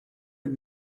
and